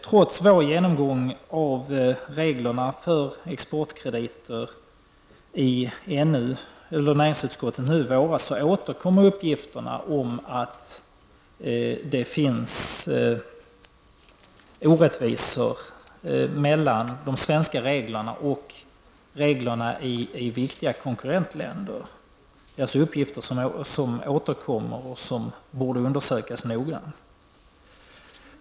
Trots vår genomgång av reglerna för exportkrediter i näringsutskottet i våras återkommer uppgifterna om att det finns orättvisor mellan de svenska reglerna och reglerna i viktiga konkurrentländer. Det är alltså uppgifter som återkommer och som borde undersökas nogrant.